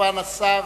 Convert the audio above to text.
השר